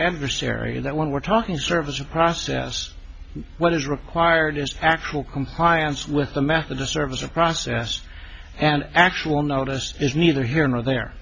adversary that when we're talking service of process what is required is actual compliance with the math of the service of process and actual notice is neither here nor there